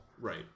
Right